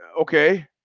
okay